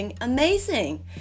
amazing